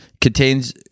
Contains